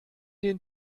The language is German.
den